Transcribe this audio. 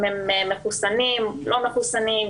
אם הם מחוסנים או לא מחוסנים.